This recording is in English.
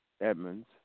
Edmonds